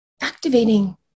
activating